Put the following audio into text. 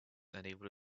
unable